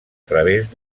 través